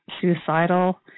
suicidal